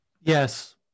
Yes